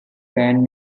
brand